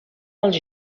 els